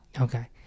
Okay